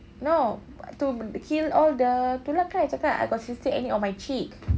no to kill all the itu lah kan I cakap I got cystic acne on my cheek